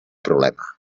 problema